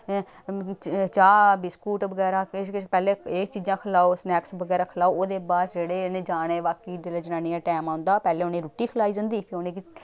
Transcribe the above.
चाह् बिस्कुट बगैरा किश किश पैह्लें एह् चीजां खलाओ स्नैक्स बगैरा खलाओ ओह्दे बाद जेह्ड़े इ'नें जाने बाकी जेल्लै जनानियें जाने टैम औंदा पैह्लें उ'नें रुट्टी खलाई जंदी ते उ'नेंगी